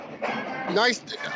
nice